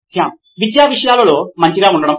శ్యామ్ విద్యా విషయాలలో మంచిగా ఉండటం